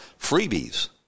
freebies